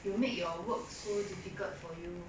you make your work so difficult for you